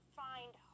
find